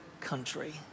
country